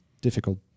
difficult